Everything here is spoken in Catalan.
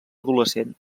adolescent